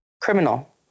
criminal